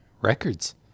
Records